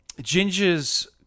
Ginger's